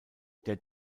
der